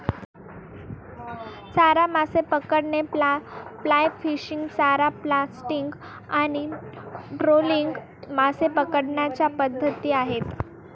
चारा मासे पकडणे, फ्लाय फिशिंग, चारा कास्टिंग आणि ट्रोलिंग मासे पकडण्याच्या पद्धती आहेत